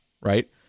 right